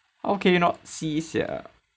how can you not see sia